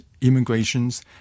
immigrations